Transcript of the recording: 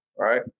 Right